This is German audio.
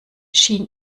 schien